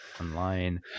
online